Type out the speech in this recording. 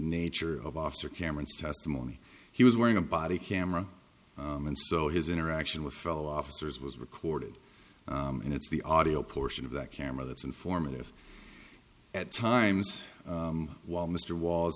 nature of officer cameron's testimony he was wearing a body camera and so his interaction with fellow officers was recorded and it's the audio portion of that camera that's informative at times while mr wall